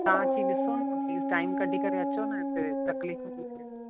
तव्हां अची ॾिसो न प्लीज टाइम कढी करे अचो न हिते तकलीफ़ थी थिए